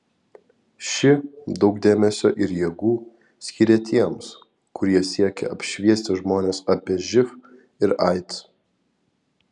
ši daug dėmesio ir jėgų skyrė tiems kurie siekia apšviesti žmones apie živ ir aids